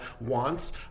wants